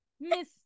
miss